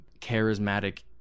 charismatic